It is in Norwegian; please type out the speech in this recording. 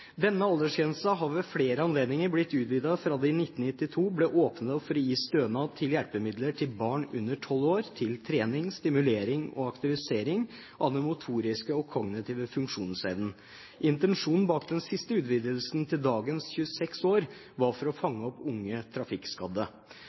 Denne aldersgrensen har ved flere anledninger blitt utvidet fra det i 1992 ble åpnet for å gi stønad til hjelpemidler til barn under 12 år til trening, stimulering og aktivisering av den motoriske og kognitive funksjonsevnen. Intensjonen bak den siste utvidelsen til dagens 26 år var for å